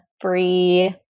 free